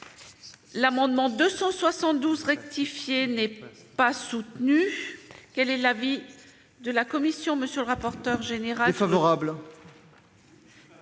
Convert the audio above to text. L'amendement n° I-272 rectifié n'est pas soutenu. Quel est l'avis de la commission